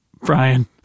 Brian